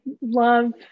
love